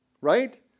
right